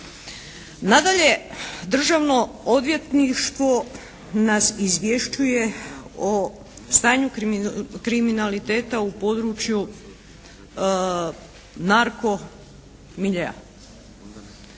Nadalje, Državno odvjetništvo nas izvješćuje o stanju kriminaliteta u području narko miljea.